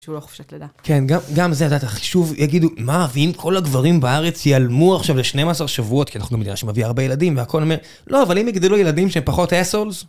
שהוא לא חופשת לידה. כן, גם זה, את יודעת, שוב יגידו, מה, ואם כל הגברים בארץ יעלמו עכשיו ל-12 שבועות, כי אנחנו מדינה שמביאה הרבה ילדים, והכול אומר, לא, אבל אם יגדלו ילדים שהם פחות assholes